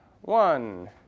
one